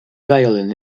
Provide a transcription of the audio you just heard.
violin